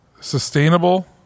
sustainable